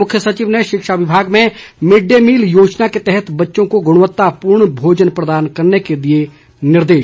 मुख्य सचिव ने शिक्षा विभाग में मिड डे मील योजना के तहत बच्चों को गुणवत्तापूर्ण भोजन प्रदान करने के दिए निर्देश